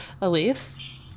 Elise